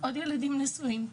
עוד ילדים נשואים,